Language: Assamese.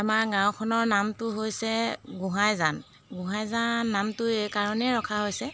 আমাৰ গাঁওখনৰ নামটো হৈছে গোহাঁইজান গোহাঁইজান নামটো এইকাৰণেই ৰখা হৈছে